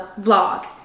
vlog